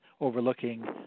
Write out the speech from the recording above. overlooking